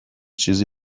چیزی